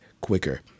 quicker